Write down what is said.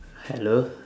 hello